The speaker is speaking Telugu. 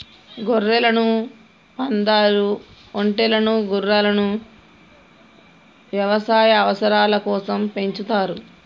గొర్రెలను, పందాలు, ఒంటెలను గుర్రాలను యవసాయ అవసరాల కోసం పెంచుతారు